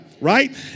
right